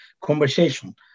conversation